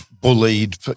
bullied